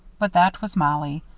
but that was mollie.